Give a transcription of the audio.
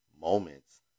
moments